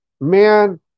man